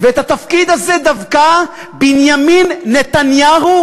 ולגבי התפקיד הזה דווקא בנימין נתניהו,